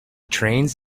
trains